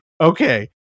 Okay